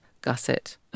gusset